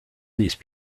these